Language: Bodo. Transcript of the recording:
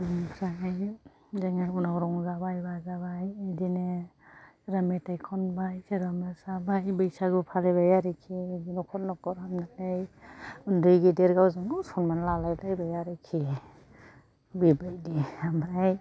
बिनिफ्राय बिदिनो उनाव रंजाबाय बाजाबाय बिदिनो सोरबा मेथाय खनबाय सोरबा मोसाबाय बैसागु फालिबाय आरोखि बेबादिनो न'खर न'खर हाबनानै उन्दै गेदेर गावजों गाव सनमान लालाय लायबाय आरखि बेबादि ओमफ्राय